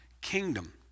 kingdom